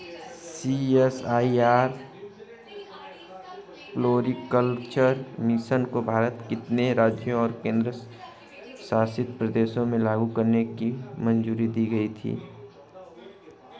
CSIR floriculture mission को भारत के कितने राज्यों और केंद्र शासित प्रदेशों में लागू करने की मंजूरी दी गई थी?